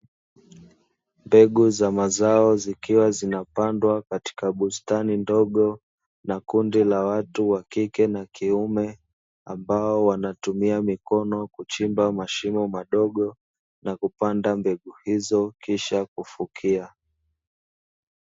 Mbegu za mazao zikiwa zinapandwa katika bustani ndogo, na kundi la watu wa kike na kiume. Ambao wanatumia mikono kuchimba mashimo madogo, na kupanda mbegu hizo kisha kufukia.